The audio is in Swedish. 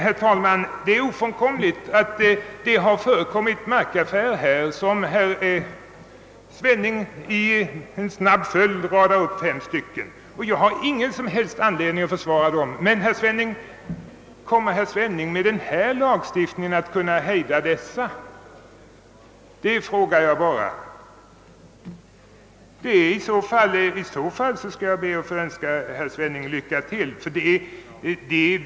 Herr Svenning har här i snabb följd radat upp fem olika fall av markaffärer. Det är ofrånkomligt att sådana förekommer. Jag har ingen som helst anledning att försvara dessa. Men kommer herr Svenning att med hjälp av den föreslagna lagstiftningen kunna hejda sådana markaffärer? I så fall skall jag be att få gratulera herr Svenning.